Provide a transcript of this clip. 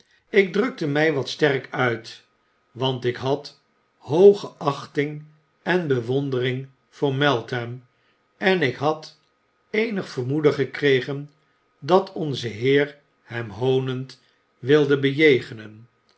ik drukte my wat sterk uit want ik had hooge achting en bewondering voor meltham en ik had eenig vermoeden gekregen dat onze heer hem hoonend wilde bejegenen